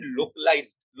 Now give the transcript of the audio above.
localized